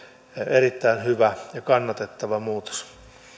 erittäin hyvä ja kannatettava muutos